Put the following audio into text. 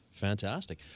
Fantastic